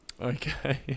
Okay